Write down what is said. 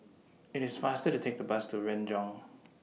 IT IS faster to Take The Bus to Renjong